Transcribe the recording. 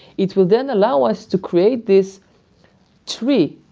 it will then allow us to create this tree.